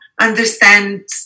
understand